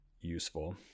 useful